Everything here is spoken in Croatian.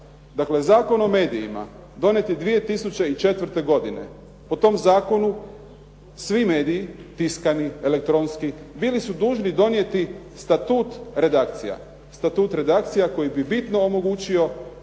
Dakle, Zakon o medijima donijet je 2004. godine, po tom zakonu svi mediji tiskani elektronski bili su dužni donijeti statut redakcija, statut redakcija koji bi bitno omogućio